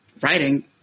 writing